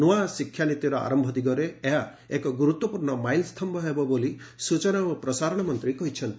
ନୂଆ ଶିକ୍ଷାନୀତିର ଆରମ୍ଭ ଦିଗରେ ଏହା ଏକ ଗୁରୁତ୍ୱପୂର୍ଣ୍ଣ ମାଇଲସ୍ତମ୍ଭ ହେବ ବୋଲି ସୂଚନା ଓ ପ୍ରସାରଣ ମନ୍ତ୍ରୀ କହିଛନ୍ତି